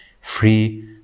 free